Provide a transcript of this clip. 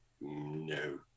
No